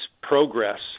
progress